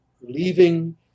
Leaving